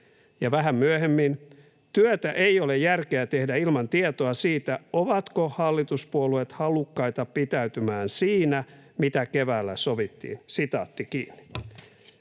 vähän myöhemmin: ”Työtä ei ole järkeä tehdä ilman tietoa siitä, ovatko hallituspuolueet halukkaita pitäytymään siinä, mitä keväällä sovittiin.” Mitä keväällä